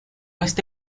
este